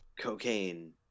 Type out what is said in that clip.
cocaine